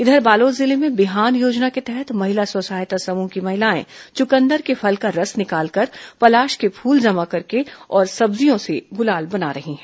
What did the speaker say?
इधर बालोद जिले में बिहान योजना के तहत महिला स्व सहायता समूह की महिलाएं चुकंदर के फल का रस निकालकर पलाश के फूल जमा कर और सब्जियों से गुलाल बना रही है